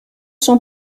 sont